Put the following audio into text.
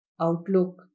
outlook